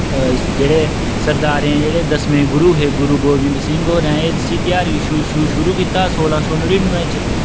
जेह्ड़े सरदारें दे जेह्ड़े दसमें गुरू हे गुरू गोविंद सिंह होरें इस ध्यार गी शु शुरू कीता सोलां सौ नड़िन्नुएं